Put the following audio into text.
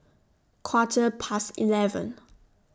Quarter Past eleven